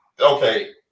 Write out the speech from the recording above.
Okay